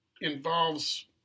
involves